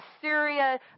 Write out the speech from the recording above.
Syria